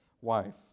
wife